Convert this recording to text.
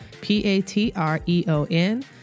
P-A-T-R-E-O-N